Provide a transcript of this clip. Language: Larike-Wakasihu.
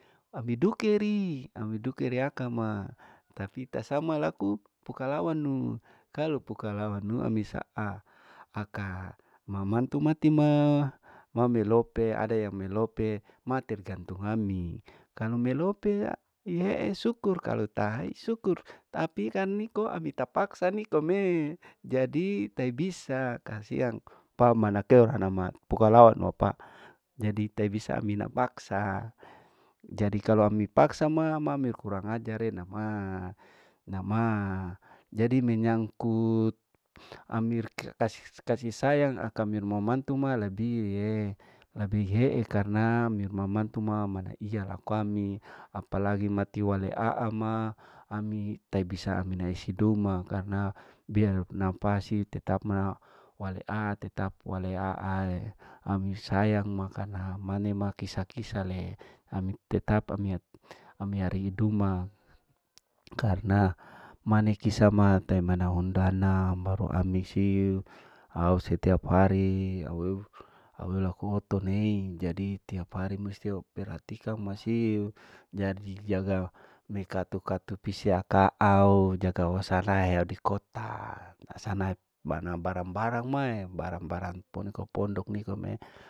Ami dukeri, ami dukeri akam ma, tapi ta sama laku pukalawanu, kalu pukalawanu ami saa, aka mama mantu mati ma, ma melope ada yang melope, ma tergantung ami, kalu melope ihee syukur kalu tahai syukur, tapi kan iko ami tapaksa nikome, jadi tai bisa kasiang, pa mana keor anama pukalanu, jadi tai bisa ami na paksa, jadi kalu ami ma paksa ma, ami ma kurang ajare namaa, jadi menyangkut amir kasi sayang akamir mama mantu ma lebie, lebi ehe karna amir mama mantu ma mana iya laku ami, apalagi mati wale aama ami tai bisa ami nai siduma, karna biar napasi tetap ma walea tetap waleaae, ami sayang makana mane ma kisa kisae, ami tetap ami arii duma, karna mane kisa ma tai mana undana baru ami siu, au setiap hari aweu aweu laku oto nei jadi, tiap hari musti au perhatikan mesin, jadi jaga mekato kato pisie akaau, jaga wasanae au di kota, wasanae banya barang barang mae, barang barang pondok nikome.